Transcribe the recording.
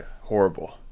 horrible